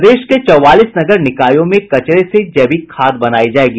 प्रदेश के चौवालीस नगर निकायों में कचरे से जैविक खाद बनायी जायेगी